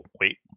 wait